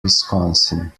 wisconsin